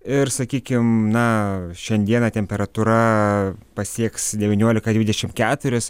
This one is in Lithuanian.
ir sakykim na šiandieną temperatūra pasieks devyniolika dvidešim keturis